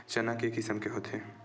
चना के किसम के होथे?